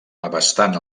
abastant